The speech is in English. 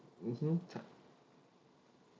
mmhmm